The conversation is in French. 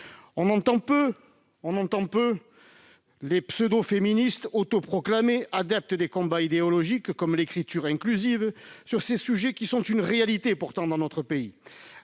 On entend peu les pseudo-féministes autoproclamées, adeptes des combats idéologiques, comme l'écriture inclusive, sur ces sujets qui sont une réalité dans notre pays